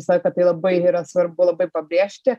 visą laiką tai labai yra svarbu labai pabrėžti